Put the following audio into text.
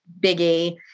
biggie